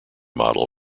model